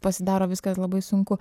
pasidaro viskas labai sunku